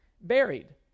buried